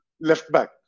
left-back